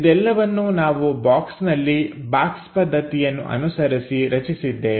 ಇದೆಲ್ಲವನ್ನು ನಾವು ಬಾಕ್ಸ್ನಲ್ಲಿ ಬಾಕ್ಸ್ ಪದ್ಧತಿಯನ್ನು ಅನುಸರಿಸಿ ರಚಿಸಿದ್ದೇವೆ